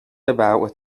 about